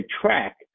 track